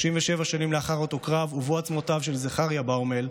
37 שנים לאחר אותו קרב הובאו עצמותיו של זכריה באומל,